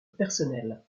personnel